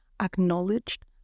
acknowledged